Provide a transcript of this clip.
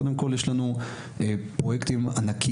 קודם כל יש לנו פרוייקטים ענקיים,